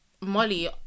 molly